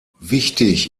wichtig